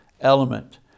element